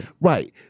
Right